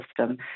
system